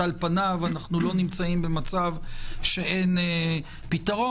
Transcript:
על פניו אנו לא נמצאים במצב שאין פתרון,